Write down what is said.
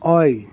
oil